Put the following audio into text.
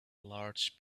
large